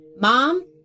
Mom